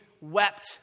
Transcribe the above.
wept